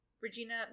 Regina